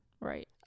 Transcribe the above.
right